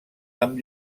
amb